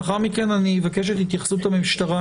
לאחר מכן אני אבקש את התייחסות המשטרה